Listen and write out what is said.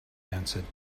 answered